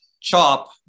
CHOP